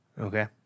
Okay